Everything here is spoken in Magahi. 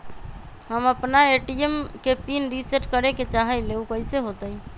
हम अपना ए.टी.एम के पिन रिसेट करे के चाहईले उ कईसे होतई?